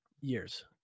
Years